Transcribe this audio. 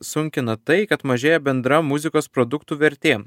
sunkina tai kad mažėja bendra muzikos produktų vertė